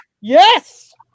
Yes